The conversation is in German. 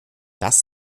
das